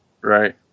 right